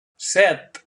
set